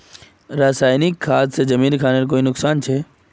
रासायनिक खाद से जमीन खानेर कोई नुकसान छे?